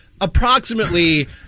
Approximately